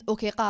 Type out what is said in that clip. Okay